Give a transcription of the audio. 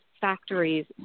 factories